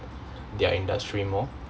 their industry more